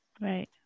Right